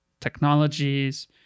technologies